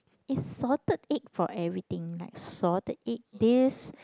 is salted egg for everything like salted egg this